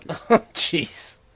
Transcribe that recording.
Jeez